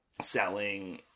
selling